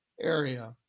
area